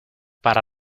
para